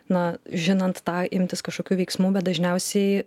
na žinant tą imtis kažkokių veiksmų bet dažniausiai